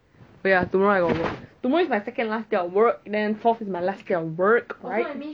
oh so that means